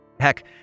Heck